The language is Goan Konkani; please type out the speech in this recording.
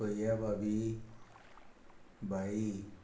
भया भाभी बाई